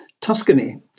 Tuscany